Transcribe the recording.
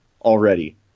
already